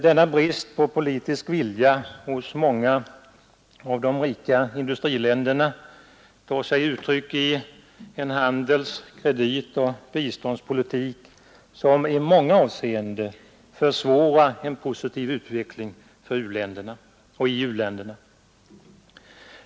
Denna brist på politisk vilja hos många av de rika industriländerna tar sig uttryck i en handels-, kreditoch biståndspolitik som i många avseenden försvårar en positiv utveckling i u-länderna.